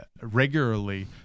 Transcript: regularly